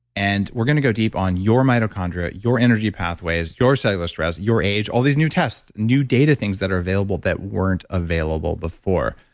and we're going to go deep on your mitochondria, your energy pathways your cellular stress, your age, all these new tests. new data things that are available, that weren't available before.